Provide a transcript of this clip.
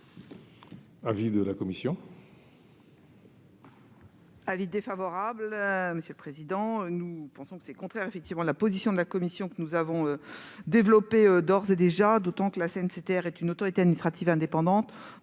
l'avis de la commission ?